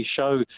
show